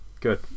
good